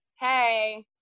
hey